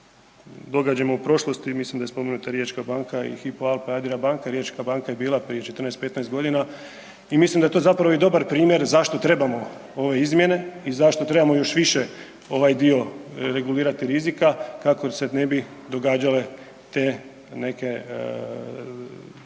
sa događajima u prošlosti, mislim da je spomenuta riječka banka i Hypo Alpe-Adria banka, riječka banka je bila prije 14-15.g. i mislim da je to zapravo i dobar primjer zašto trebamo ove izmjene i zašto trebamo još više ovaj dio regulirati rizika kako se ne bi događale te neke ponovljene